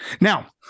Now